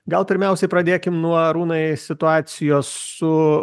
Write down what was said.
gal pirmiausiai pradėkim nuo arūnai situacijos su